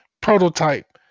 prototype